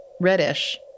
reddish